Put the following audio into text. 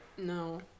No